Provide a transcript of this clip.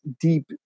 deep